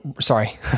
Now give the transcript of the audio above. sorry